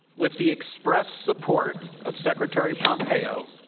with the express support of secretary pompeo,